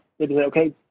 okay